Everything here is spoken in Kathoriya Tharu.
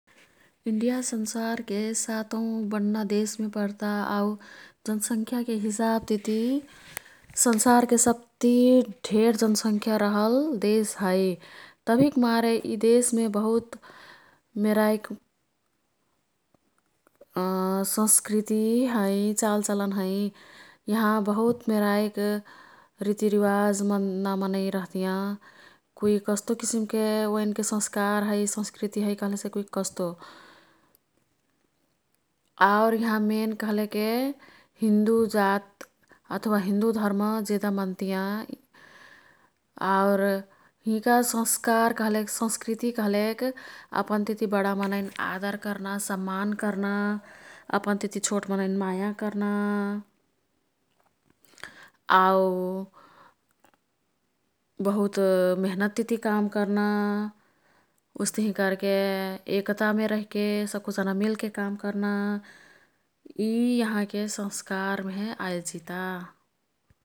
इन्डिया संसारके सातौं बन्ना देशमे पर्ता आउ जनसंख्याके हिसाब तिती संसार के सब्ति ढेर जनसंख्या रहल देश है। तभिक मारे यी देशमे बहुत मेराईक् संस्कृति हैं ,चालचलन हैं। यहाँ बहुत मेराईक् रितिरिवाज मन्ना मनै रह्तियाँ। कुई कस्तो किसिमके, ओईन् के संस्कार है, संस्कृति है कह्लेसे कुईक् कस्तो। आउर यहाँ मेन कह्लेके हिन्दु जात अथवा हिन्दु धर्म जेदा मन्तियाँ। आउर हिंका संस्कार कह्लेक ,संस्कृति कह्लेक अपन तिती बडा मनैन् आदर कर्ना, सम्मान कर्ना, अपन तिती छोट मनैन् माया कर्ना। आउ बहुत मेहनत तिती काम कर्ना। उस्तिही कर्के एकतामे रैहके, सक्कु जना मिलके काम कर्ना। यी यहाँ के संस्कार मेहे आईजिता।